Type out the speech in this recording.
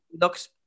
looks